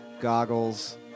goggles